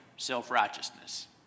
Self-righteousness